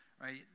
right